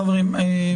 חברים,